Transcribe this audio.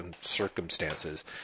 circumstances